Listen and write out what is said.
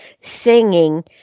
singing